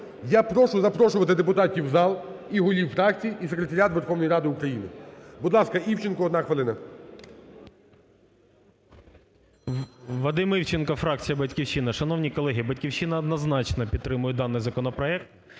Я прошу запрошувати депутатів в зал і голів фракцій, і секретаріат Верховної Ради України. Будь ласка, Івченко. Одна хвилина. 11:32:56 ІВЧЕНКО В.Є. Вадим Івченко, фракція "Батьківщина". Шановні колеги, "Батьківщина", однозначно, підтримує даний законопроект.